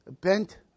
bent